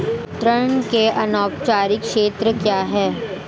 ऋण के अनौपचारिक स्रोत क्या हैं?